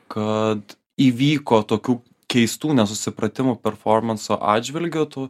kad įvyko tokių keistų nesusipratimų performanso atžvilgiu tų